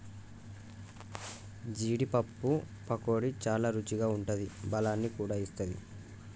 జీడీ పప్పు పకోడీ చాల రుచిగా ఉంటాది బలాన్ని కూడా ఇస్తది